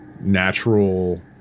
natural